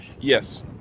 yes